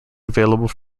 available